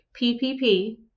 PPP